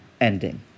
ending